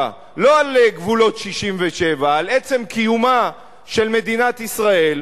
לא על גבולות 67' על עצם קיומה של מדינת ישראל,